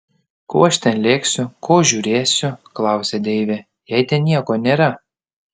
ko aš ten lėksiu ko žiūrėsiu klausia deivė jei ten nieko nėra